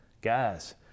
Guys